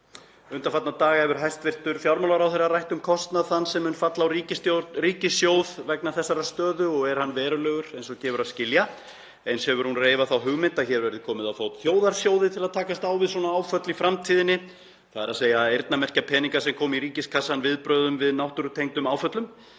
Undanfarna daga hefur hæstv. fjármálaráðherra rætt um kostnað þann sem mun falla á ríkissjóð vegna þessarar stöðu og er hann verulegur eins og gefur að skilja. Eins hefur hún reifað þá hugmynd að hér verði komið á fót þjóðarsjóði til að takast á við svona áföll í framtíðinni, þ.e. að eyrnamerkja peninga sem koma í ríkiskassann viðbrögðum við náttúrutengdum áföllum.